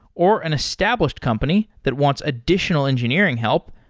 or an established company that wants additional engineering help,